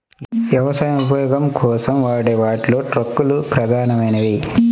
వ్యవసాయ ఉపయోగం కోసం వాడే వాటిలో ట్రక్కులు ప్రధానమైనవి